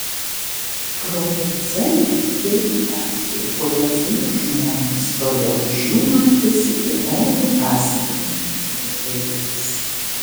pro jo celę ėjo gatvė kuria zujo žmonės toliau už jų matėsi vienodų rąstinių namų eilės